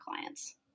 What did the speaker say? clients